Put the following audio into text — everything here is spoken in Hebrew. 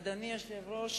אדוני היושב-ראש,